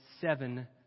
seven